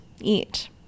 Eat